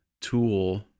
tool